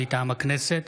מטעם הכנסת,